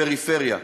פריפריה.